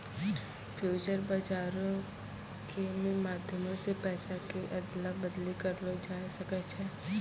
future बजारो के मे माध्यमो से पैसा के अदला बदली करलो जाय सकै छै